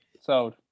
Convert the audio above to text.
sold